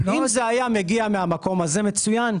אם זה היה מגיע מהמקום הזה מצוין.